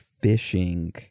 fishing